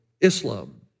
Islam